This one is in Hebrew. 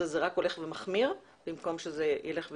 זה רק הולך ומחמיר במקום שזה ילך וישתפר.